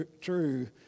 true